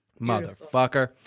Motherfucker